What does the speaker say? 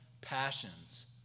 passions